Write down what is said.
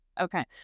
Okay